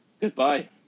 Goodbye